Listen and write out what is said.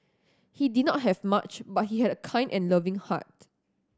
he did not have much but he had a kind and loving heart